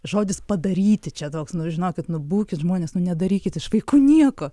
žodis padaryti čia toks nu žinokit nu būkit žmonės nu nedarykit iš vaikų nieko